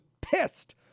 pissed